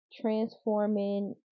transforming